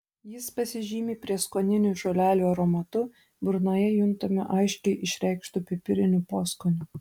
jis pasižymi prieskoninių žolelių aromatu burnoje juntamu aiškiai išreikštu pipiriniu poskoniu